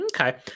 Okay